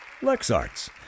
LexArts